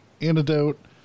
antidote